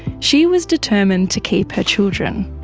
she was determined to keep her children.